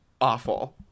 awful